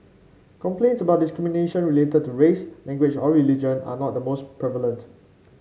complaints about discrimination related to race language or religion are not the most prevalent